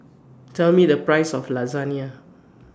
Tell Me The priceS of Lasagne